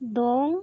ᱫᱚᱝ